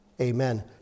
amen